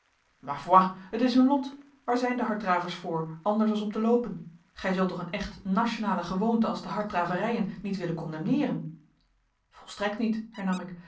het is hun lot waar zijn de harddravers voor anders als om te loopen gij zult toch een echt nationale gewoonte als de harddraverijen niet willen condemneeren volstrekt niet hernam ik